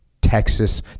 Texas